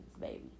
baby